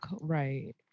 right